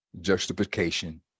Justification